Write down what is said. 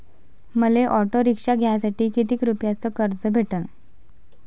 मले auto rickshaw घ्यासाठी कितीक रुपयाच कर्ज भेटनं?